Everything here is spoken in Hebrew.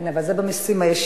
כן, אבל זה במסים הישירים.